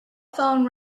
phone